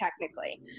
technically